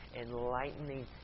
enlightening